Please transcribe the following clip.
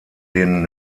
den